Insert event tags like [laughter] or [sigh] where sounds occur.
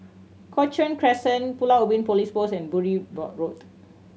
Cochrane Crescent Pulau Ubin Police Post and Bury [unintelligible] Road